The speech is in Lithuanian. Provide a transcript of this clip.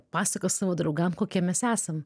pasakos savo draugam kokie mes esam